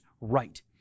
right